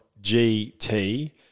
GT